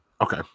Okay